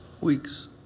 weeks